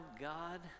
god